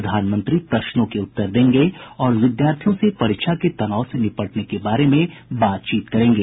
प्रधानमंत्री प्रश्नों को उत्तर देंगे और विद्यार्थियों से परीक्षा के तनाव से निपटने के बारे में बातचीत करेंगे